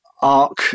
arc